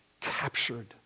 captured